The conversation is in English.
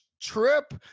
trip